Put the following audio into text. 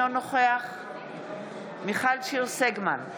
אינו נוכח מיכל שיר סגמן,